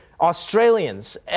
Australians